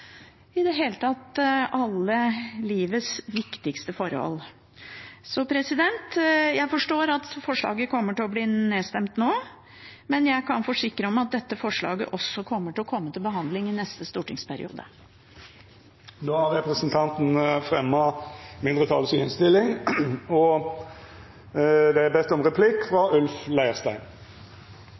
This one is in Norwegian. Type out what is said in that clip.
i det hele tatt alle livets viktigste forhold. Jeg forstår at forslaget kommer til å bli nedstemt nå, men jeg kan forsikre at dette forslaget også kommer til å komme til behandling i neste stortingsperiode. Representanten Karin Andersen har teke opp det forslaget ho refererte til. Det